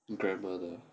grammar